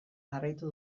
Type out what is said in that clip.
jarraitu